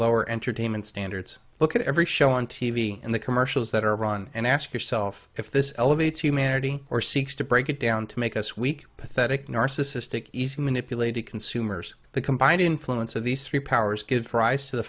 lower entertainment standards look at every show on t v and the calmer shows that are ron and ask yourself if this elevates humanity or seeks to break it down to make us weak pathetic narcissistic easily manipulated consumers the combined influence of these three powers gives rise to the